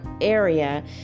area